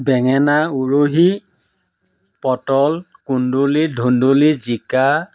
বেঙেনা উৰহি পটল কুন্দলী ধুন্দলী জিকা